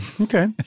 Okay